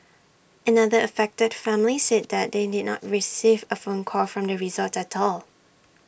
another affected family said that they did not receive A phone call from the resort at all